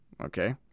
okay